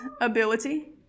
ability